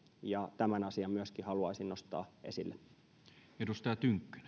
ja tämän asian myöskin haluaisin nostaa esille